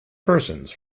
persons